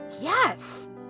yes